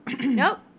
Nope